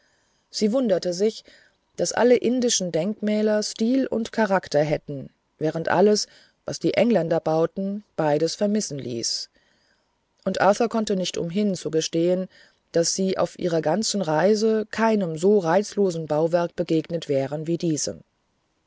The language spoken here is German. sie wunderte sich warum alle indischen denkmäler stil und charakter hätten während alles was die engländer bauten beides vermissen ließ und arthur konnte nicht umhin zu gestehen daß sie auf ihrer ganzen reise keinem so reizlosen bauwerk begegnet wären wie diesem